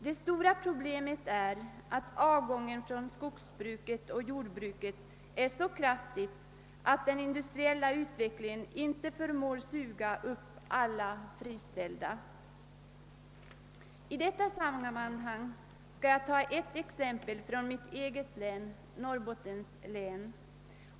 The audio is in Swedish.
Det stora problemet är att avgången av arbetskraft från skogsbruket och jordbruket är så kraftig att den industriella utvecklingen inte förmår suga upp alla friställda. I detta sammanhang skall jag nämna ett exempel från mitt hemlän, Norrbottens län.